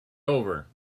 over